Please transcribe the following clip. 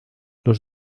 los